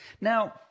Now